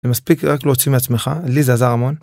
זה מספיק רק להוציא מעצמך, לי זה עזר המון.